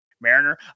mariner